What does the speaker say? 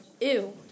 Ew